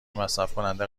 مصرفکننده